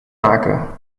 maken